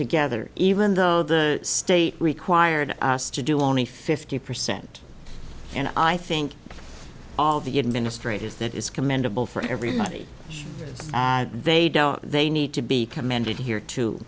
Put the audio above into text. together even though the state required us to do only fifty percent and i think all the administrators that is commendable for everybody they don't they need to be commended here to